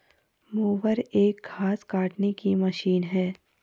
mower एक घास काटने की मशीन है